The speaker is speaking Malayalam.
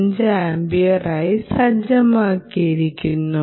5 ആമ്പിയറായി സജ്ജമാക്കിയിരിക്കുന്നു